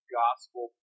gospel